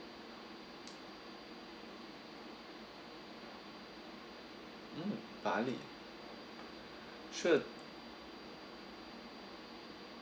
mm bali sure